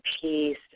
peace